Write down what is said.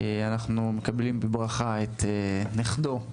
אנחנו מקבלים בברכה את נכדו,